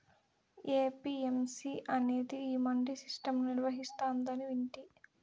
APMC అనేది ఈ mandi system ను నిర్వహిస్తాందని వింటి